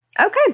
Okay